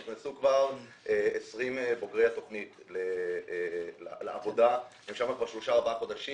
נכנסו כבר 20 בוגרי התוכנית לעבודה והם שם כבר שלושה-ארבעה חודשים.